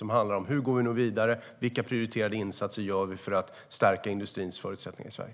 Det handlar om hur vi nu går vidare och vilka prioriterade insatser vi gör för att stärka industrins förutsättningar i Sverige.